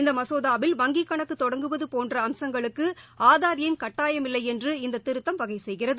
இந்த மசோதாவில் வங்கிக் கணக்கு தொடங்குவது போன்ற அம்சங்களுக்கு ஆதா் எண் கட்டாயமில்லை என்று இந்த திருத்தம் வகை செய்கிறது